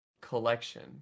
collection